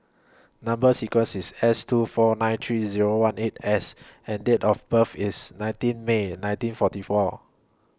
Number sequence IS S two four nine three Zero one eight S and Date of birth IS nineteen May nineteen forty four